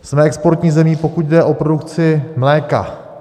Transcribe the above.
Jsme exportní zemí, pokud jde o produkci mléka.